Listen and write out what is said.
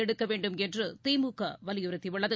எடுக்க வேண்டுமென்று திமுக வலியுறுத்தியுள்ளது